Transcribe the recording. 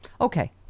Okay